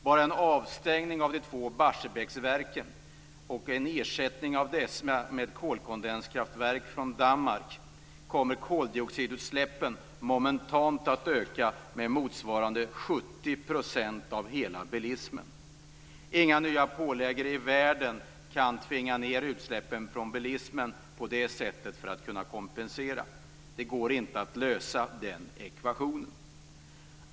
Bara med en avstängning av de två Barsebäcksverken och en ersättning av dessa med kolkondenskraftverk från Danmark kommer koldioxidutsläppen momentant att öka med motsvarande 70 % av utsläppen från hela bilismen. Inga nya pålagor i världen kan tvinga ned utsläppen från bilismen som kompensation för detta. Den ekvationen går inte att lösa.